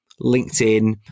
LinkedIn